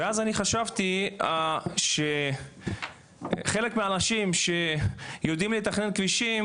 ואז אני חשבתי שחלק מהאנשים שיודעים לתכנן כבישים